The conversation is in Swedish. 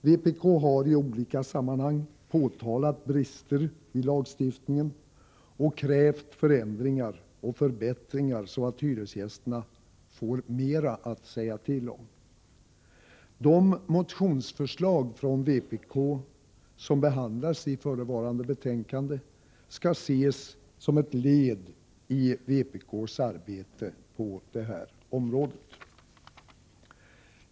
Vpk har i olika sammanhang påtalat brister i lagstiftningen och krävt förändringar och förbättringar så att hyresgästerna får mera att säga till om. De motionsförslag från vpk som behandlas i förevarande betänkande skall ses som ett led i vpk:s arbete på detta område.